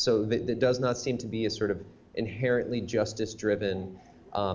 so that it does not seem to be a sort of inherently justice driven